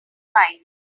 mind